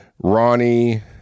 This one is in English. Ronnie